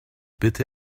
bitte